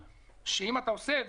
שאם אתה עושה זה,